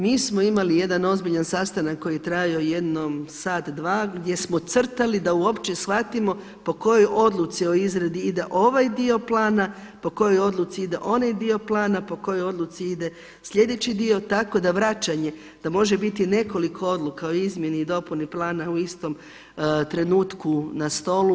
Mi smo imali jedan ozbiljan sastanak koji je trajao jedno sat, dva gdje smo crtali da uopće shvatimo po kojoj odluci o izradi ide ovaj dio plana, po kojoj odluci ide onaj dio plana, po kojoj odluci ide sljedeći dio, tako da vraćanje da može biti nekoliko odluka o izmjeni i dopuni plana u istom trenutku na stolu.